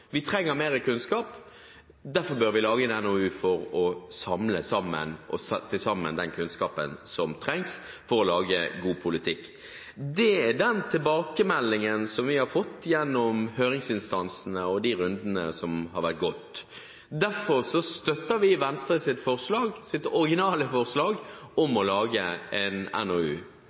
vi trenger mer kunnskap, og derfor bør vi lage en NOU for å samle og sette sammen den kunnskapen som trengs for å lage god politikk. Det er den tilbakemeldingen som vi har fått fra høringsinstansene og gjennom de rundene vi har hatt, og derfor støtter vi Venstres originale forslag om å lage en NOU.